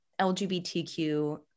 LGBTQ